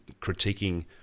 critiquing